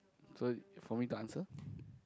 so for me to answer